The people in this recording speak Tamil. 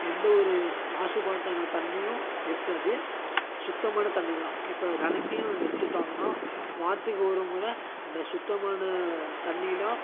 எந்த ஒரு மாசுப்பாட்டான தண்ணியும் இருக்காது சுத்தமான தண்ணி தான் இப்போ தெனக்கும் எடுத்துக்கிட்டாங்கனால் வாரத்துக்கு ஒரு முறை அந்த சுத்தமான தண்ணியெலாம்